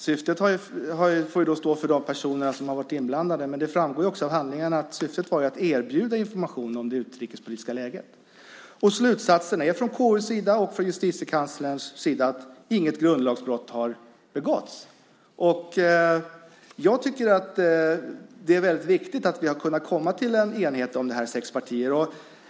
Herr talman! Syftet får de personer som varit inblandade stå för. Men det framgår av handlingarna att syftet var att erbjuda information om det utrikespolitiska läget. Och slutsatsen är från KU:s och Justitiekanslerns sida att inget grundlagsbrott har begåtts. Jag tycker att det är viktigt att vi är sex partier som har kunnat nå en enighet om detta.